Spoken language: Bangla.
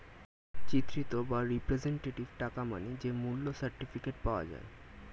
চিত্রিত বা রিপ্রেজেন্টেটিভ টাকা মানে যে মূল্য সার্টিফিকেট পাওয়া যায়